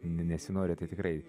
nesinori tai tikrai